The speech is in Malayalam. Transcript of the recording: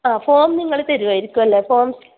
ആ ഫോം നിങ്ങൾ തരുമായിരിക്കും അല്ലേ ഫോംസ്